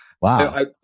Wow